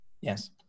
yes